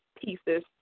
pieces